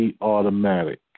automatic